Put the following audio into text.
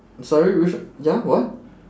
sorry which one ya what